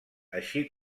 així